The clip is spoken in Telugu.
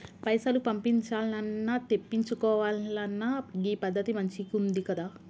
పైసలు పంపించాల్నన్నా, తెప్పిచ్చుకోవాలన్నా గీ పద్దతి మంచిగుందికదా